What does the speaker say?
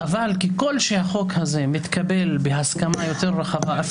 אבל ככל שהחוק הזה מתקבל בהסכמה יותר רחבה,